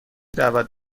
دعوت